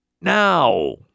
now